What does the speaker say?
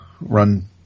run